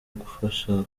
gufasha